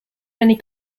many